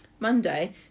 Monday